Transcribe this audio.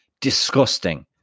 disgusting